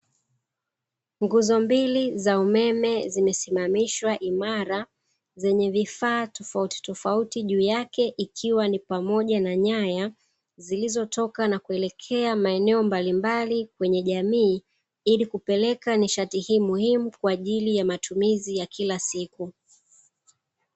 Nguzo mbili za umeme zimesimamishwa imara zikiwa na vifaa tofautitofauti ikiwemo nyaya za umeme zilizotoka na kuelekea maeneo mbalimbali kwenye jamii ili kupeleka nishati hii ya kila siku